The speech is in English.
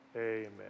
Amen